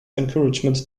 encouragement